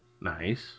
Nice